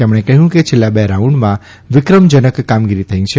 તેમણે કહ્યું કે છેલ્લા બે રાઉન્ડમાં વિક્રમજનક કામગીરી થઇ છે